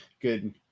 good